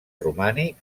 romànic